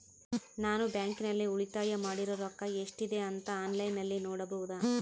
ನಾನು ಬ್ಯಾಂಕಿನಲ್ಲಿ ಉಳಿತಾಯ ಮಾಡಿರೋ ರೊಕ್ಕ ಎಷ್ಟಿದೆ ಅಂತಾ ಆನ್ಲೈನಿನಲ್ಲಿ ನೋಡಬಹುದಾ?